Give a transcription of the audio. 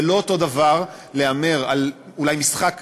זה לא אותו דבר להמר אולי על משחק כדורגל,